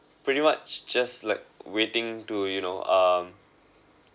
pretty much just like waiting to you know um